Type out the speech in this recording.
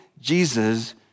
Jesus